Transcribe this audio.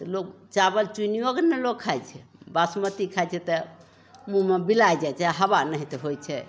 लोग चावल चुनियौके ने लोग खाइ छै बासमती खाइ छै तऽ मुँहमे बिला जाइ छै हवा नहिते होइ छै